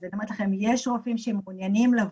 אז אני אומרת לכם שיש רופאים שמעוניינים לבוא,